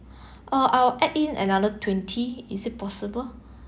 uh I'll add in another twenty is it possible